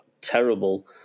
terrible